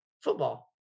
Football